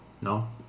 no